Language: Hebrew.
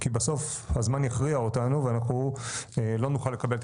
כי בסוף הזמן יכריע אותנו ואנחנו לא נוכל לקבל את